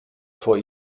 vor